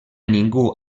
ningú